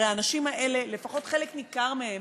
הרי האנשים האלה, לפחות חלק ניכר מהם,